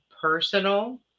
personal